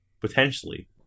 potentially